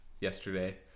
yesterday